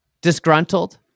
disgruntled